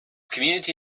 community